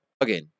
Again